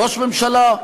ראש ממשלה,